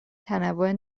تنوع